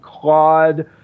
Claude